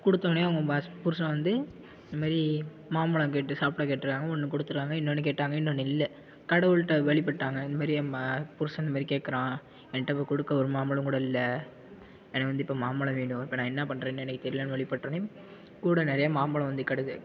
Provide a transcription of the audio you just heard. கொடுத்தோனே அவங்க புருஷன் வந்து இது மாரி மாம்பழம் கேட்டு சாப்பிட கேட்டிருக்காங்க ஒன்று கொடுத்துருக்காங்க இன்னொன்று கேட்டாங்க இன்னொன்று இல்லை கடவுள்கிட்ட வழிபட்டாங்க இது மாதிரி என் புருஷன் இது மாதிரி கேட்கறான் என்கிட்ட இப்போ கொடுக்க ஒரு மாம்பழம் கூட இல்லை எனக்கு வந்து இப்போ மாம்பழம் வேணும் இப்போ நான் என்ன பண்ணுறதுனு எனக்கு தெரிலனு வழிபட்டோன்னே கூட நிறைய மாம்பழம் வந்து கடுது